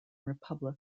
republic